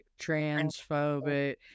transphobic